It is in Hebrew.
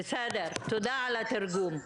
--- בסדר, תודה על התרגום.